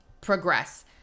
progress